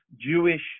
Jewish